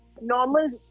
normal